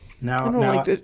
Now